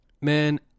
man